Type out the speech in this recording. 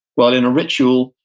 well, in a ritual,